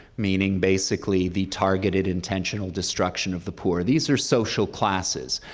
meaning basically the targeted, intentional destruction of the poor. these are social classes,